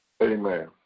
Amen